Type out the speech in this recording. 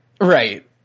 Right